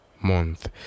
month